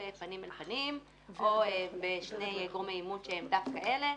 פנים אל פנים או בשני גורמי אימות שהם דווקא אלה.